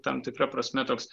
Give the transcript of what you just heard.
tam tikra prasme toks